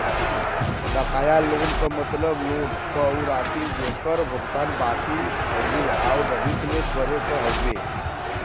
बकाया लोन क मतलब लोन क उ राशि जेकर भुगतान बाकि हउवे आउर भविष्य में करे क हउवे